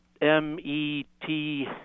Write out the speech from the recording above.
M-E-T